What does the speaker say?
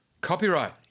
Copyright